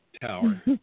Tower